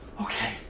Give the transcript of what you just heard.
Okay